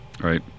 Right